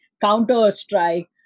counter-strike